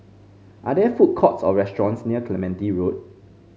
are there food courts or restaurants near Clementi Road